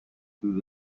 through